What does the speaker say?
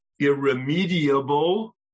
irremediable